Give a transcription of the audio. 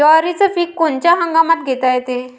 जवारीचं पीक कोनच्या हंगामात घेता येते?